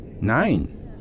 Nine